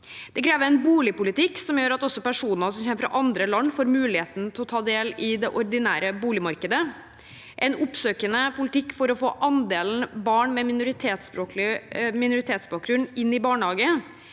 Det krever en boligpolitikk som gjør at også personer som kommer fra andre land, får muligheten til å ta del i det ordinære boligmarkedet, en oppsøkende politikk for å få andelen barn med minoritetsbakgrunn inn i barnehage,